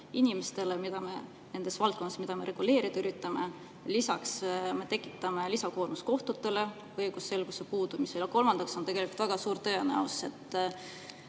inimestele lisaprobleeme nendes valdkondades, mida me reguleerida üritame. Lisaks tekitame me lisakoormust kohtutele õigusselguse puudumise tõttu. Kolmandaks on tegelikult väga suur tõenäosus, et